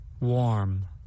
Warm